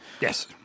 Yes